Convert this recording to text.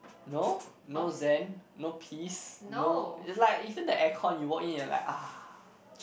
no no zen no peace no it's like even the air con you walk in you are like ah